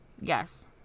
yes